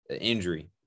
injury